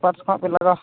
ᱯᱟᱨᱴᱥᱠᱚ ᱦᱟᱜᱵᱮᱱ ᱞᱟᱜᱟᱣᱟ